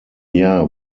jahr